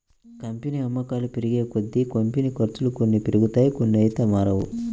company అమ్మకాలు పెరిగేకొద్దీ, company ఖర్చులు కొన్ని పెరుగుతాయి కొన్నైతే మారవు